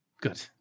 Good